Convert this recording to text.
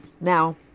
Now